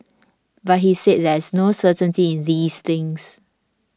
but he said there is no certainty in these things